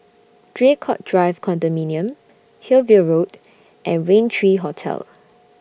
Draycott Drive Condominium Hillview Road and Rain three Hotel